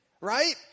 right